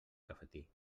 cafetí